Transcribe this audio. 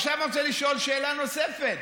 עכשיו אני רוצה לשאול שאלה נוספת